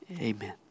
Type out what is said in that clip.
amen